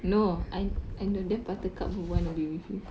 no I I don't think buttercup will want to be with you